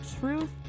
Truth